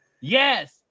Yes